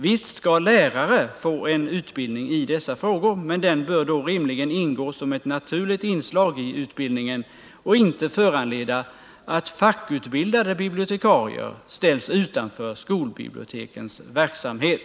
Visst skall lärare få utbildning i dessa frågor, men den bör då rimligen ingå som ett naturligt inslag i utbildningen och inte föranleda att fackutbildade bibliotekarier ställs utanför skolbibliotekens verksamhet.